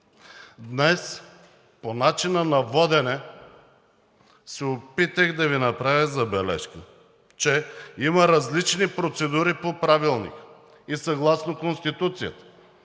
днес по начина на водене се опитах да Ви направя забележка, че има различни процедури по Правилника и съгласно Конституцията